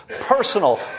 personal